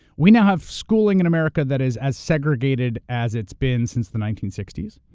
we now have schooling in america that is as segregated as it's been since the nineteen sixty s,